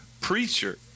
preacher